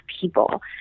people